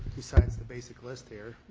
besides the basic list here,